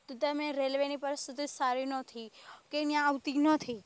તો તમે રેલવેની પરિસ્થિતિ સારી નથી કે ત્યાં આવતી નથી